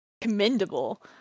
commendable